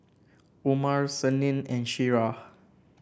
Umar Senin and Syirah